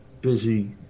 busy